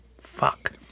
Fuck